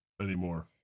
anymore